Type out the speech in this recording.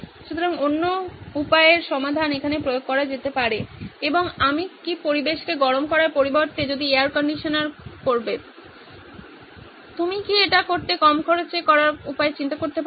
সুতরাং অন্য উপায়ের সমাধান এখানে প্রয়োগ করা যেতে পারে এবং আমি কি পরিবেশকে গরম করার পরিবর্তে যা এয়ার কন্ডিশনার করবে আপনি কি এটি করতে কম খরচে করার উপায় চিন্তা করতে পারেন